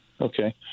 okay